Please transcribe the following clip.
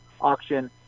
auction